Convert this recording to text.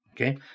Okay